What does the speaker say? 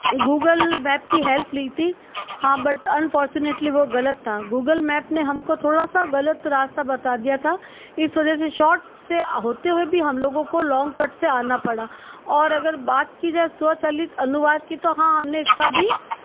Google map की help ली थी हाँ बट अनफॉर्चूनेटली वो गलत था गूगल मैप ने हमको थोड़ा सा गलत रास्ता बता दिया था इस वजह से शॉर्ट से होते हुए भी हम लोगों को लॉन्ग कट से आना पड़ा और अगर बात की जाए स्वचालित अनुवाद की तो हाँ हमने इसका भी